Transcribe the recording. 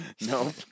No